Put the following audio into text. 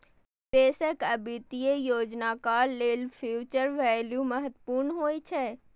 निवेशक आ वित्तीय योजनाकार लेल फ्यूचर वैल्यू महत्वपूर्ण होइ छै